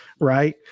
right